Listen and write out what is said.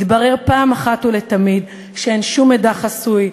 התברר פעם אחת ולתמיד שאין שום מידע חסוי,